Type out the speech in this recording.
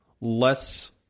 less